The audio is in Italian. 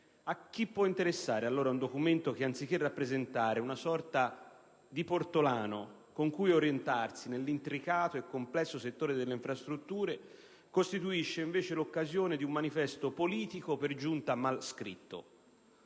A chi può interessare allora un documento che, anziché rappresentare una sorta di portolano con cui orientarsi nell'intricato e complesso settore delle infrastrutture, costituisce invece l'occasione di un manifesto politico, per giunta mal scritto?